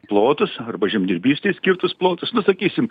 plotus arba žemdirbystei skirtus plotus na sakysim